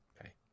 Okay